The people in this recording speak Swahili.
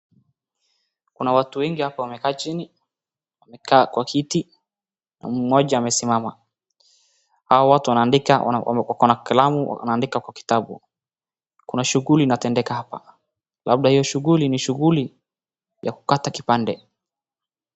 Kuna watu wengi hapa wamekaa chini. Wamekaa kwa kiti na mmoja amesimama. Hawa watu wanaandika wako na kalamu wanaandika kwa kitabu. Kuna shughuli inatendeka hapa. Labda hiyo shughuli ni shughuli ya kukata kipande.